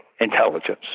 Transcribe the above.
intelligence